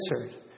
answered